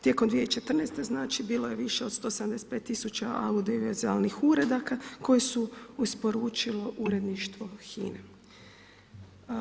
Tijekom 2014. bilo je više od 175 000 audio i vizualnih uradaka koje se isporučilo u uredništvo HINA-e.